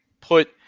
put